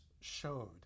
showed